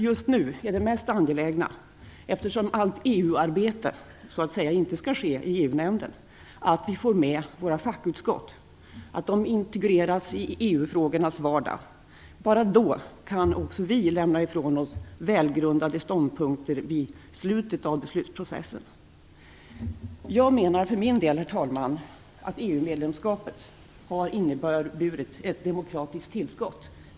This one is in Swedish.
Just nu är det mest angelägna - eftersom allt EU-arbete, så att säga, inte skall ske i EU-nämnden - att vi får med våra fackutskott. De skall integreras i EU-frågornas vardag. Bara då kan också vi lämna ifrån oss välgrundade ståndpunkter i slutet av beslutsprocessen. Herr talman! För min del menar jag att EU medlemskapet har inneburit ett demokratiskt tillskott.